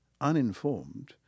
uninformed